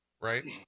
Right